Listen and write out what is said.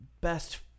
best